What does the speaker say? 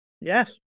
Yes